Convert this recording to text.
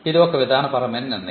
ఇది ఒక విధానపరమైన నిర్ణయం